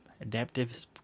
Adaptive